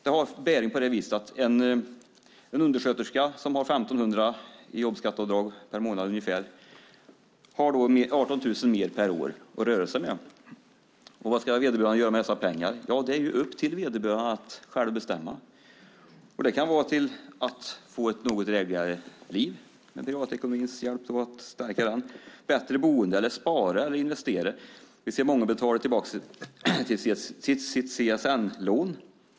En undersköterska med ett jobbskatteavdrag på ungefär 1 500 kronor per månad har 18 000 kronor mer per år att röra sig med. Vad ska vederbörande göra med dessa pengar? Ja, det är det upp till vederbörande att själv bestämma. Det kan handla om att genom stärkt privatekonomi få ett något drägligare liv. Det kan också handla om att skaffa sig ett bättre boende eller om att spara eller investera. Vi ser att många betalar tillbaka på sina CSN-lån.